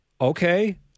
okay